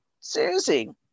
Susie